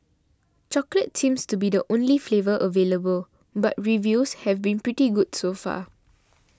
chocolate seems to be the only flavour available but reviews have been pretty good so far